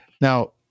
Now